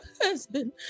husband